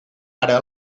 ara